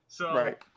Right